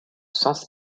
sens